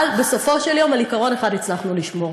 אבל בסופו של יום, על עיקרון אחד הצלחנו לשמור: